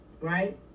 right